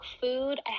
food